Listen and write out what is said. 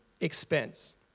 expense